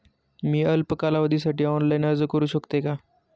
मी अल्प कालावधीसाठी ऑनलाइन अर्ज करू शकते का?